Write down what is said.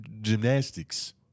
gymnastics